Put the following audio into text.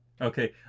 okay